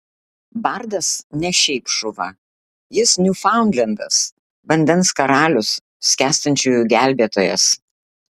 bardas ne šiaip šuva jis niūfaundlendas vandens karalius skęstančiųjų gelbėtojas